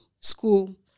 school